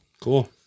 Cool